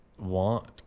want